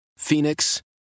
Phoenix